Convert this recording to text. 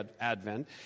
Advent